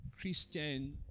Christian